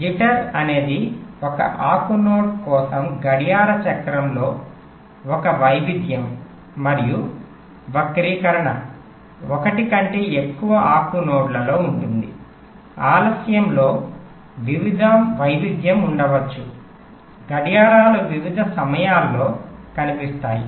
jitter అనేది ఒకే ఆకు నోడ్ కోసం గడియార చక్రంలో ఒక వైవిధ్యం మరియు వక్రీకరణ ఒకటి కంటే ఎక్కువ ఆకు నోడ్లలో ఉంటుంది ఆలస్యంలో వైవిధ్యం ఉండవచ్చు గడియారాలు వివిధ సమయాల్లో కనిపిస్తాయి